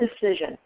decision